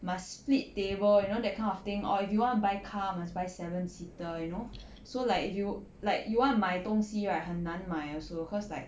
must split table you know that kind of thing or if you want buy car must buy seven seater you know so like if you like you want 买东西 right 很难买 also cause like